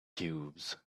cubes